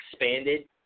expanded